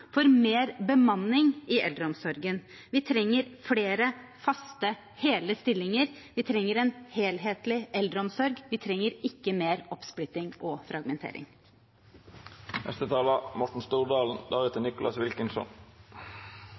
for mer bemanning i eldreomsorgen. Vi trenger flere faste hele stillinger, og vi trenger en helhetlig eldreomsorg. Vi trenger ikke mer oppsplitting og